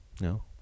No